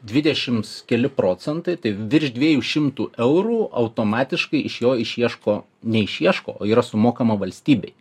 dvidešims keli procentai tai virš dviejų šimtų eurų automatiškai iš jo išieško neišieško o yra sumokama valstybei